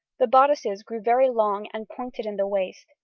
the bodices grew very long and pointed in the waist,